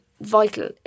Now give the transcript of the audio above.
vital